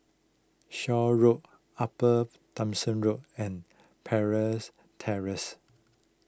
Shaw Road Upper Thomson Road and Parrys Terrace